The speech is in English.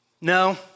no